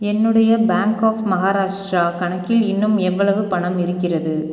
என்னுடைய Bank of Maharashtra கணக்கில் இன்னும் எவ்வளவு பணம் இருக்கிறது